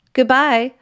Goodbye